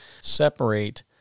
separate